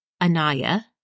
Anaya